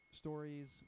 stories